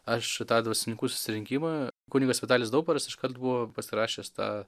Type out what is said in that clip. aš į tą dvasininkų susirinkimą kunigas vitalijus daubaras iškart buvo pasirašęs tą